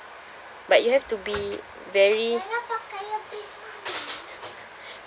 like you have to be very